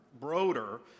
Broder